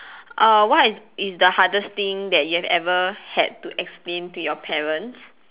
uh what is is the hardest thing that you ever had to explain to your parents